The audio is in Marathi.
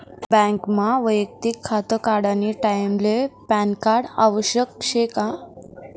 बँकमा वैयक्तिक खातं काढानी टाईमले पॅनकार्ड आवश्यक शे का?